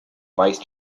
vice